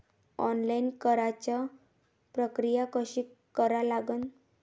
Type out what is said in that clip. Online कराच प्रक्रिया कशी करा लागन?